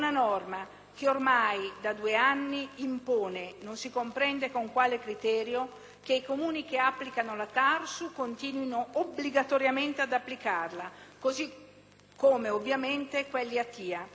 che ormai da 2 anni impone, non si comprende con quale criterio, che i Comuni che applicano la TARSU continuino obbligatoriamente ad applicarla, così come, ovviamente, quelli che